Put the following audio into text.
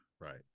right